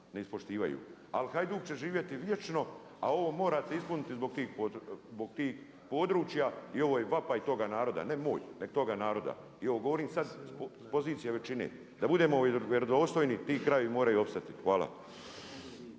ne ispoštivaju, ali Hajduk će živjeti vječno, a ovo morate ispuniti zbog tih područja i ovo je vapaj toga naroda, ne moj, nego toga naroda. I ovo govorim sada s pozicije većine da budemo vjerodostojni ti krajevi moraju opstati. Hvala.